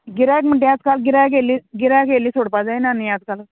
गिरायक म्हणटा तें आज काल गिरायक येयल्ली गिरायक येयल्ली सोडपा जायना न्ही आजकाल